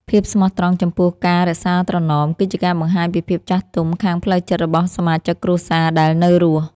ភាពស្មោះត្រង់ចំពោះការរក្សាត្រណម គឺជាការបង្ហាញពីភាពចាស់ទុំខាងផ្លូវចិត្តរបស់សមាជិកគ្រួសារដែលនៅរស់។